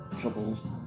troubles